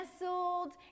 Nestled